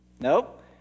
Nope